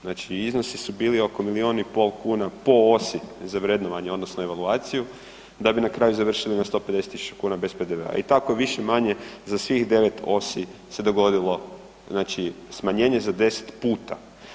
Znači iznosi su bili oko milijun i pol kuna po osi za vrednovanje, odnosno evaluaciju, da bi na kraju završili na 150 tisuća kuna bez PDV-a i tako više-manje za svih 9 osi se dogodilo znači smanjenje za 10 puta.